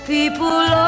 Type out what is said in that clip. People